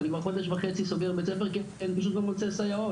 אני כבר חודש וחצי סוגר בית ספר כי אני פשוט לא מוצא סייעות.